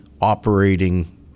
operating